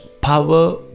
power